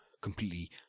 completely